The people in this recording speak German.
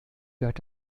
gehört